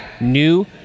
new